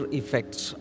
effects